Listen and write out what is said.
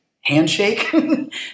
handshake